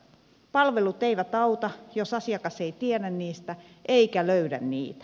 palvelut eivät auta jos asiakas ei tiedä niistä eikä löydä niitä